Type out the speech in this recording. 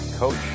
Coach